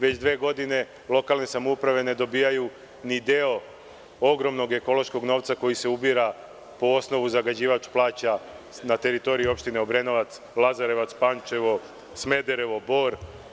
Već dve godine lokalne samouprave ne dobijaju ni deo ogromnog ekološkog novca koji se ubira po osnovu zagađivač plaća na teritoriji opštine Obrenovac, Lazarevac, Pančevo, Smederovo, Bor.